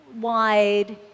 wide